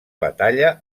batalla